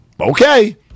Okay